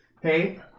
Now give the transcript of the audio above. hey